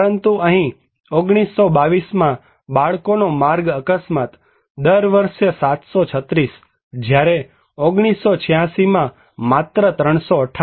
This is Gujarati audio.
પરંતુ અહીં વર્ષ 1922માં બાળકોનો માર્ગ અકસ્માત દર વર્ષે 736 જ્યારે 1986 માં માત્ર 358 છે